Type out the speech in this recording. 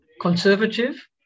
conservative